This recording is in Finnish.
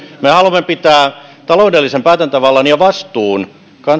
me haluamme pitää taloudellisen päätäntävallan ja vastuun